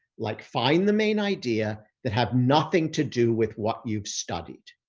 like find the main idea, that have nothing to do with what you've studied.